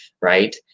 right